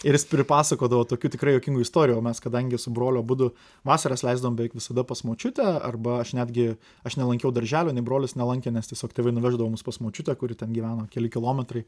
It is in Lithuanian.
ir jis pripasakodavo tokių tikrai juokingų istorijų o mes kadangi su broliu abudu vasaras leisdavom beveik visada pas močiutę arba aš netgi aš nelankiau darželio nei brolis nelankė nes tiesiog tėvai nuveždavo mus pas močiutę kuri ten gyveno keli kilometrai